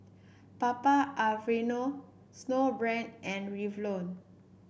Papa Alfredo Snowbrand and Revlon